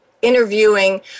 interviewing